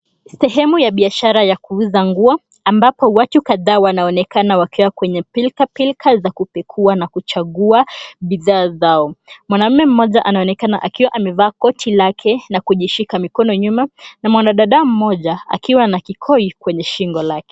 Sehemu ya biashara ya kuuza nguo ambapo watu kadhaa wanaonekana wakiwa kwenye pilkapilka za kupekua na kuchagua bidhaa zao. Mwanamme mmoja anaonekana akiwa amevaa koti lake na kujishika mikono nyuma na mwanadada mmoja akiwa na kikoi kwenye shingo lake.